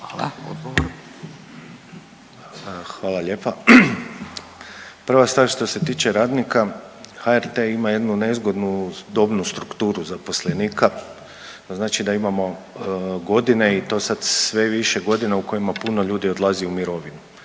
Hvala lijepa. Prva stvar što se tiče radnika HRT ima jednu nezgodnu dobnu strukturu zaposlenika. Znači da imamo godine i to sad sve više godina u kojima puno ljudi odlazi u mirovinu